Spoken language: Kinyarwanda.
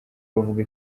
avuga